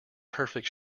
perfect